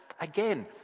again